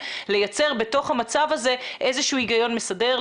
לייצר בתוך המצב הזה איזשהו היגיון מסדר,